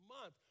month